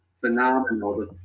phenomenal